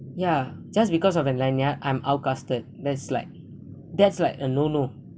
ya just because of an lanyard I'm outcasted that's like that's like a no no